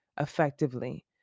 effectively